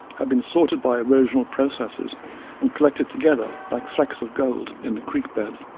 had been sorted by erosional processes and collected together like flecks of gold in the creek bed.